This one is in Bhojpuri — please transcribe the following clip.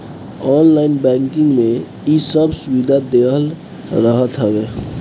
ऑनलाइन बैंकिंग में इ सब सुविधा देहल रहत हवे